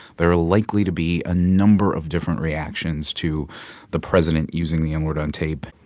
there are likely to be a number of different reactions to the president using the n-word on tape.